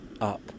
up